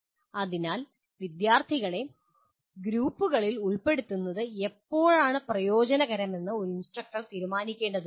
അതിനാൽ വിദ്യാർത്ഥികളെ ഗ്രൂപ്പുകളിൽ ഉൾപ്പെടുത്തുന്നത് എപ്പോഴാണ് പ്രയോജനകരമെന്ന് ഒരു ഇൻസ്ട്രക്ടർ തീരുമാനിക്കേണ്ടതുണ്ട്